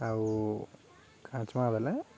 ଆଉ କାଚମା ବଲେ